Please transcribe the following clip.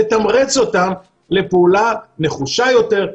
לתמרץ אותם לפעולה נחושה יותר,